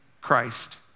Christ